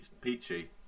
Peachy